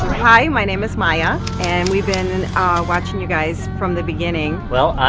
hi, my name is maya, and we've been watching you guys from the beginning. well,